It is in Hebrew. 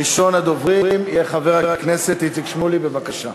ראשון הדוברים יהיה חבר הכנסת איציק שמולי, בבקשה.